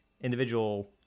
individual